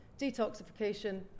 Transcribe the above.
detoxification